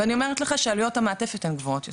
ואני אומרת לך שעלויות המעטפת הם גבוהות יותר,